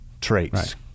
traits